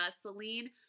Celine